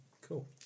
Cool